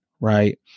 right